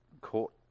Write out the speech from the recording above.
court